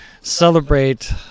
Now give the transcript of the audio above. celebrate